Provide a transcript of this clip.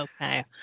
Okay